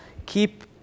Keep